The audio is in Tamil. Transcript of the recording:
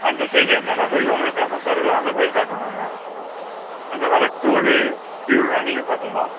அந்த சைடில் என்னென்ன கோயில் உங்களுக்கு ஃபேமஸ்ஸாக இருக்கோ அந்த கோயில் காட்டுவோம் நாங்கள் அங்கே வர்ற டோல்லு ஃபியூயெல்லாம் நீங்கள் பார்த்துக்கணும்